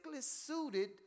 suited